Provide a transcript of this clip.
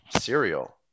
cereal